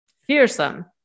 fearsome